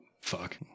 fuck